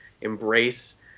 embrace